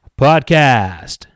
podcast